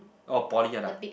orh poly one ah